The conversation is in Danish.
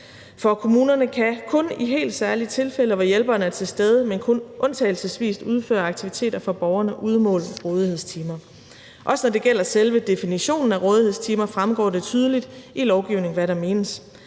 For kommunerne kan kun i helt særlige tilfælde, hvor hjælperen er til stede, men kun undtagelsesvis, udføre aktiviteter for borgerne udmålt i rådighedstimer. Også når det gælder selve definitionen af rådighedstimer, fremgår det tydeligt i lovgivningen, hvad der menes.